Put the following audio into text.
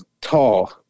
tall